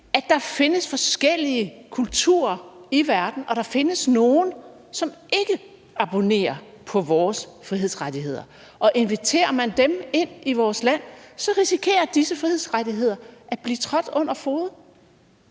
at der findes forskellige kulturer i verden, og at der findes nogle, som ikke abonnerer på vores frihedsrettigheder, og at inviterer man dem ind i vores land, risikerer disse frihedsrettigheder at blive trådt under fode?